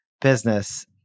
business